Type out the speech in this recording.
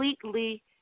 completely